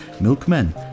Milkmen